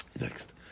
next